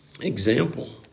example